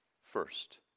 first